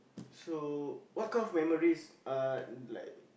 so what kind of memories uh like